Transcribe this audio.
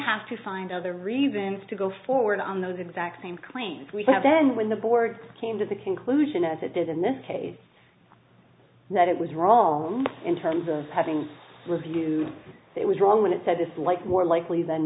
have to find other reasons to go forward on those exact same claims we have then when the board came to the conclusion as it did in this case that it was wrong in terms of having reviewed it was wrong when it said this like more likely than